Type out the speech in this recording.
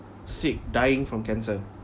sick dying from cancer